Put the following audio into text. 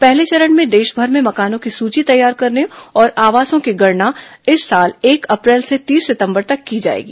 पहले चरण में देशभर में मकानों की सूची तैयार करने और आवासों की गणना इस साल एक अप्रैल से तीस सितंबर तक की जाएगी